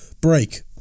break